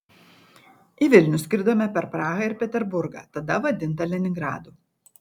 į vilnių skridome per prahą ir peterburgą tada vadintą leningradu